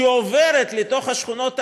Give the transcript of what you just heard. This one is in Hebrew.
שעוברת לתוך השכונות האלה,